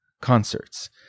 concerts